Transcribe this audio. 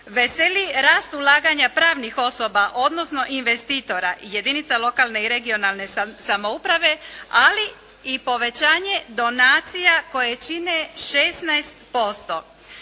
Veseli rast ulaganja pravnih osoba odnosno investitora i jedinica lokalne i regionalne samouprave, ali i povećanje donacija koje čine 16%